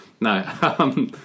No